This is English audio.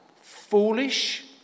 foolish